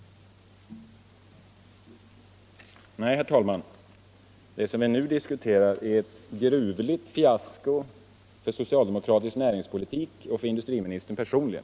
Nej, herr talman, det som vi nu diskuterar är ett gruvligt fiasko för socialdemokratisk näringspolitik och för industriministern personligen.